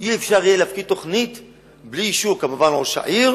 ואמרתי ליושבי-ראש הסיעות,